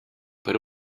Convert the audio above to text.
per